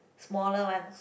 smaller one